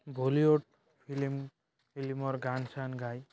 Bollywood film ফিলিমৰ গান চান গায়